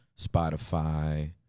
Spotify